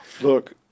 Look